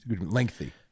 lengthy